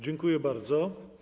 Dziękuję bardzo.